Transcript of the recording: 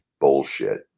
bullshit